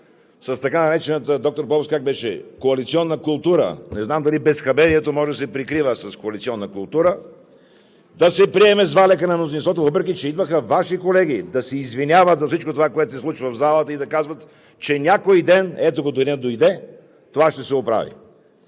с така наречената – доктор Поповски, как беше – коалиционна култура. Не знам дали безхаберието може да се прикрива с коалиционна култура, да се приеме с валяка на мнозинството, въпреки че идваха Ваши колеги да се извиняват за всичко това, което се случва в залата и да казват, че някой ден – ето го, денят дойде – това ще се оправи.